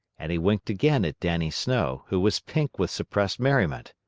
and he winked again at dannie snow, who was pink with suppressed merriment.